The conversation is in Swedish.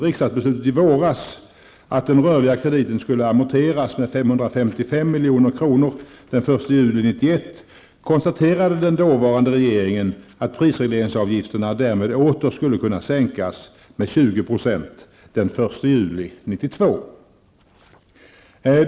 I den 1 juli 1991 konstaterade den dåvarande regeringen att prisregleringsavgifterna därmed åter skulle kunna sänkas med 20 % den 1 juli 1992.